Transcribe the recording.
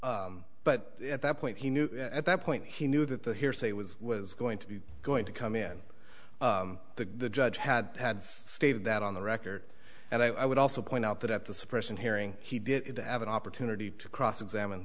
soon but at that point he knew at that point he knew that the hearsay was was going to be going to come in the judge had had stated that on the record and i would also point out that at the suppression hearing he did to have an opportunity to cross examine